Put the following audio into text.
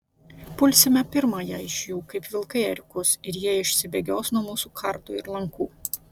pulsime pirmąją iš jų kaip vilkai ėriukus ir jie išsibėgios nuo mūsų kardų ir lankų